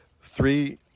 three